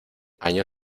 año